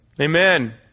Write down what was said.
Amen